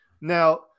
now